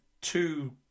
two